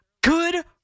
Good